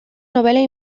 novelas